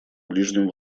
ближнем